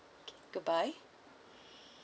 K goodbye